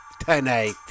tonight